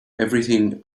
everything